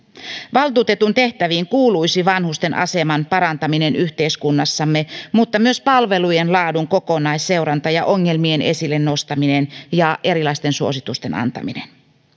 valtuutetun tehtäviin kuuluisi vanhusten aseman parantaminen yhteiskunnassamme mutta myös palvelujen laadun kokonaisseuranta ja ongelmien esille nostaminen ja erilaisten suositusten antaminen